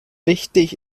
wichtig